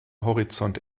horizont